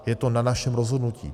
Je to na našem rozhodnutí.